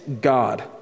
God